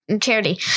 Charity